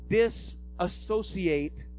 disassociate